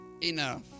enough